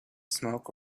smoke